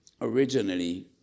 originally